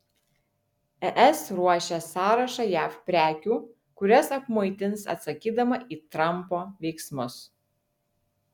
es ruošia sąrašą jav prekių kurias apmuitins atsakydama į trampo veiksmus